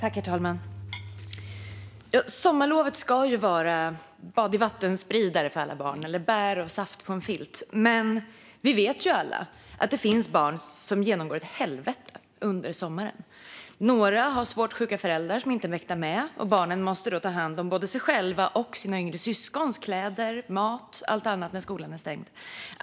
Herr talman! Sommarlovet ska vara bad i vattenspridare för alla barn, eller bär och saft på en filt. Men vi vet alla att det finns barn som genomgår ett helvete under sommaren. Några har svårt sjuka föräldrar som inte mäktar med, och barnen måste då ta hand om både sig själva och sina yngre syskons kläder, mat och allt annat när skolan är stängd.